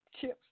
chips